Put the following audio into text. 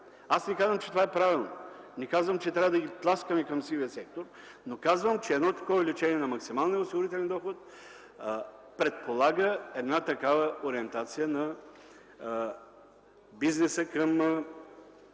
Аз не казвам, че това е правилно, не казвам, че трябва да ги тласкаме към сивия сектор, но казвам, че едно такова увеличение на максималния осигурителен доход предполага такава ориентация на бизнеса към